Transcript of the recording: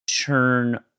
turn